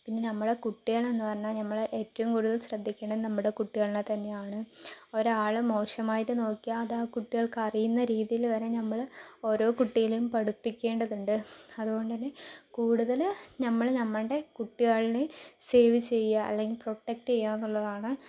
പിന്നെ ഞമ്മളെ കുട്ടികൾ എന്ന് പറഞ്ഞാൽ ഞമ്മള് ഏറ്റവും കൂടുതൽ ശ്രദ്ധിക്കേണ്ടത് നമ്മളുടെ കുട്ടികളെ തന്നെയാണ് ഒരാൾ മോശമായിട്ട് നോക്കിയാൽ അത് ആ കുട്ടികൾക്ക് അറിയുന്ന രീതിയിൽ വരെ ഞമ്മൾ ഓരോ കുട്ടിയെയും പഠിപ്പിക്കേണ്ടതുണ്ട് അതുകൊണ്ട് കൂടുതൽ ഞമ്മൾ ഞമ്മളുടെ കുട്ടികളെ സേവ് ചെയ്യുക അല്ലെങ്കിൽ പ്രൊട്ടക്ട് ചെയ്യുക എന്നുള്ളതാണ്